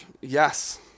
yes